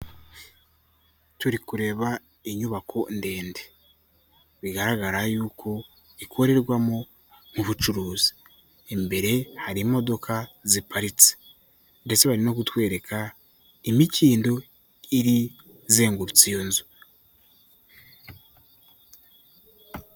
Turi kureba inyubako ndende, bigaragara yuko ikorerwamo ubucuruzi, imbere hari imodoka ziparitse ndetse bari no kutwereka imikindo izengurutse iyo nzu.